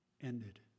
ended